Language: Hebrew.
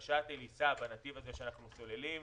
השאטל ייסע בנתיב הזה שאנחנו סוללים,